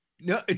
No